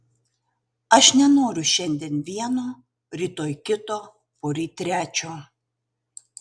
aš nenoriu šiandien vieno rytoj kito poryt trečio